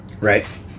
Right